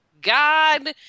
God